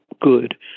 good